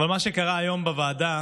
מה שקרה היום בוועדה